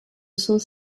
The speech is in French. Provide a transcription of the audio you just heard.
cent